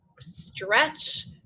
Stretch